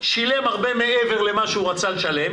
שילם הרבה מעבר למה שהוא רצה לשלם,